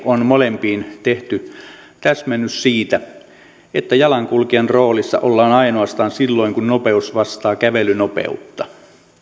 on molempiin tehty täsmennys siitä että jalankulkijan roolissa ollaan ainoastaan silloin kun nopeus vastaa kävelynopeutta